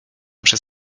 przez